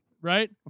right